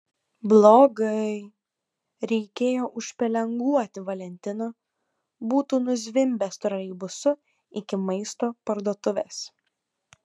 blogai reikėjo užpelenguoti valentiną būtų nuzvimbęs troleibusu iki maisto parduotuvės